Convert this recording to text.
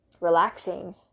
relaxing